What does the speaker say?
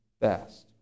best